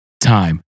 time